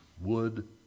wood